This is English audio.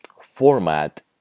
format